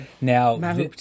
Now